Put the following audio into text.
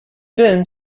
then